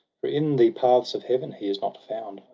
for in the paths of heaven he is not found.